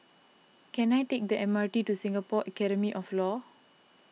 can I take the M R T to Singapore Academy of Law